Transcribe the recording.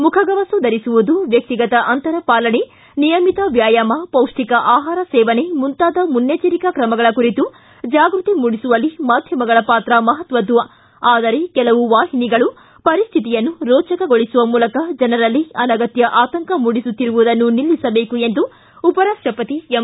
ಮುಖಗವಸು ಧರಿಸುವುದು ವ್ಯಕ್ತಿಗತ ಅಂತರ ಪಾಲನೆ ನಿಯಮಿತ ವ್ಯಾಯಾಮ ಪೌಷ್ಠಿಕ ಆಹಾರ ಸೇವನೆ ಮುಂತಾದ ಮುನ್ನೆಜ್ಜೆಂಕಾ ತ್ರಮಗಳ ಕುರಿತು ಜಾಗೃತಿ ಮೂಡಿಸುವಲ್ಲಿ ಮಾಧ್ಯಮಗಳ ಪಾತ್ರ ಮಪತ್ವದ್ದು ಆದರೆ ಕೆಲವು ವಾಹಿನಿಗಳು ಪರಿಸ್ಥಿತಿಯನ್ನು ರೋಚಕಗೊಳಿಸುವ ಮೂಲಕ ಜನರಲ್ಲಿ ಅನಗತ್ತ ಆತಂಕ ಮೂಡಿಸುತ್ತಿರುವುದನ್ನು ನಿಲ್ಲಿಸಬೇಕು ಎಂದು ಉಪರಾಷ್ಟಪತಿ ಎಂ